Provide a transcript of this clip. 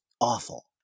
awful